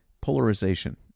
polarization